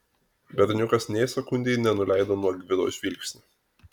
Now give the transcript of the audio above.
berniukas nė sekundei nenuleido nuo gvido žvilgsnio